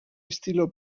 estilo